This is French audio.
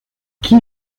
qui